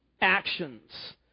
actions